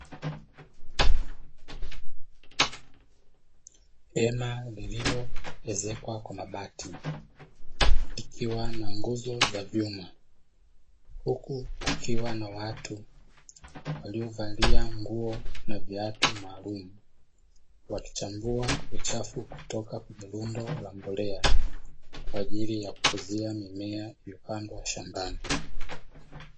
Hema lililoezekwa kwa mabati likiwa na nguzo za vyuma. Huku kukiwa na watu waliovalia nguo na viatu maalumu, wakichambua uchafu kutoka kwenye rundo la mbolea kwa ajili ya kukuzia mimea iliyopandwa shambani.